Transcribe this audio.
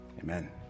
Amen